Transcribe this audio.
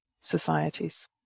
societies